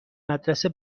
مدرسه